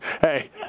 Hey